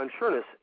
unsureness